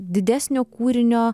didesnio kūrinio